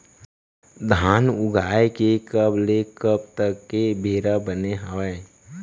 धान उगाए के कब ले कब तक के बेरा बने हावय?